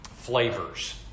Flavors